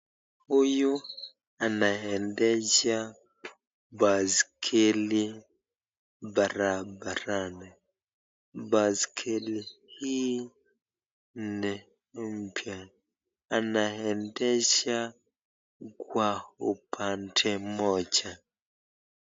Huyu anaendesha baiskeli barabarani. Baiskeli hii ni mpya. Anaendesha kwa upande moja.